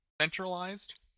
centralized